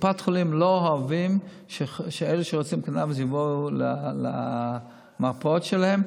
בקופות החולים לא אוהבים שאלה שרוצים קנביס יבואו למרפאות שלהם,